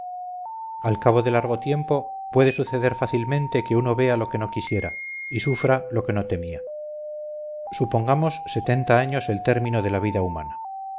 al cabo de largo tiempo puede suceder fácilmente que uno vea lo que no quisiera y sufra lo que no temía supongamos setenta años el término de la vida humana